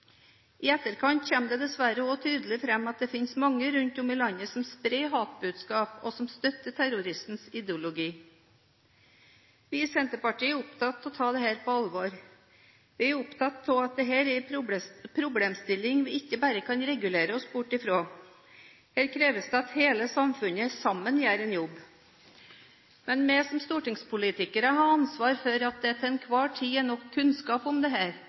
I etterkant har det dessverre tydelig kommet fram at det finnes mange rundt om i landet som sprer hatbudskap, og som støtter terroristens ideologi. Vi i Senterpartiet er opptatt av å ta dette på alvor. Vi er opptatt av at dette er en problemstilling vi ikke bare kan regulere oss bort fra. Her kreves det at hele samfunnet sammen gjør en jobb. Men vi som stortingspolitikere har ansvar for at det til enhver tid er nok kunnskap om